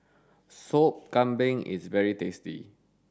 soup kambing is very tasty